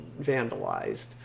vandalized